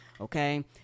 Okay